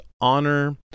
Honor